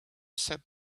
sat